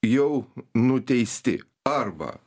jau nuteisti arba